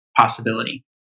possibility